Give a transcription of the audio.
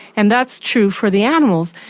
and that's true for the animals.